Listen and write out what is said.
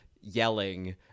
yelling